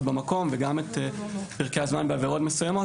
במקום וגם את פרקי הזמן בעבירות מסוימות.